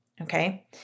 Okay